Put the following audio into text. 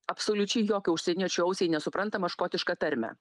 absoliučiai jokio užsieniečio ausiai nesuprantamą škotišką tarmę